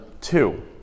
two